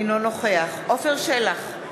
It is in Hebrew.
אינו נוכח עפר שלח,